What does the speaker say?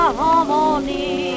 harmony